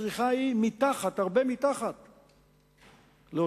הצריכה היא הרבה מתחת ל-4,